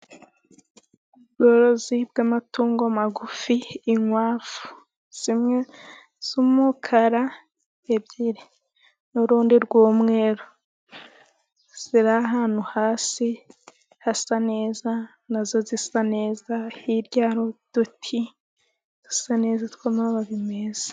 Ubworozi bw'amatungo magufi, inkwavu zimwe z'umukara ebyiri n'urundi rw'umweru ziri ahantu hasi hasa neza na zo zisa neza, hirya hari uduti dusa neza tw'amababi meza.